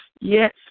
Yes